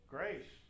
Grace